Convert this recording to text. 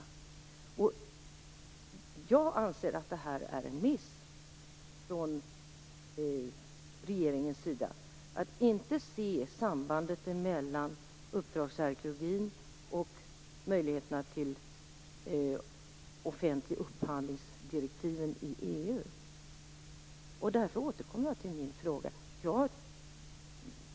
Jag anser att det är en miss från regeringens sida att inte se sambandet mellan uppdragsarkeologin och EU-direktiven för offentlig upphandling.